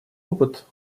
опыт